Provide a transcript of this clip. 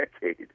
decade